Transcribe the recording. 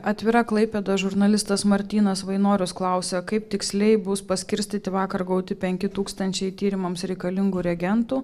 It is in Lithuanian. atvira klaipėda žurnalistas martynas vainorius klausia kaip tiksliai bus paskirstyti vakar gauti penki tūkstančiai tyrimams reikalingų reagentų